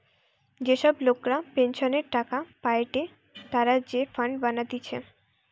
যে সব লোকরা পেনসনের টাকা পায়েটে তারা যে ফান্ড বানাতিছে